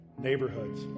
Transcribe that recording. neighborhoods